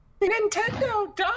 Nintendo